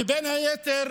ובין היתר